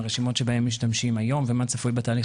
רשימות שבהן משתמשים היום ומה צפוי בתהליך